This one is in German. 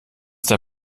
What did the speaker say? der